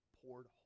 poured